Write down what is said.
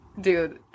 Dude